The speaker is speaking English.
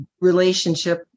relationship